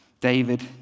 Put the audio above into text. David